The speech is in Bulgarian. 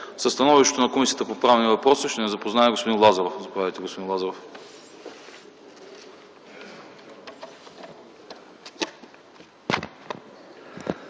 Със становището на Комисията по правни въпроси ще ни запознае господин Лазаров. Заповядайте, господин Лазаров.